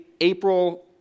April